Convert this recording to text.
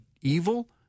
evil